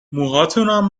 موهاتونم